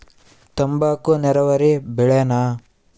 ತಂಬಾಕು ನೇರಾವರಿ ಬೆಳೆನಾ?